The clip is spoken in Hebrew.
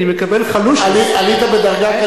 אני מקבל "חלושעס" עלית בדרגה,